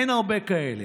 אין הרבה כאלה,